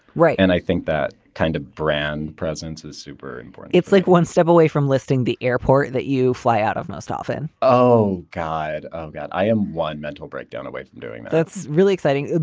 right. and i think that kind of brand presence is super important it's like one step away from listing the airport that you fly out of most often oh, god. oh, god. i am one mental breakdown away from doing that's really exciting.